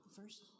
First